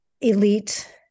elite